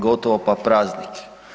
Gotovo pa praznik.